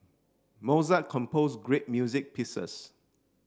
Mozart composed great music pieces